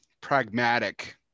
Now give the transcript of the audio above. pragmatic